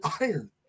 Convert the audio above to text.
iron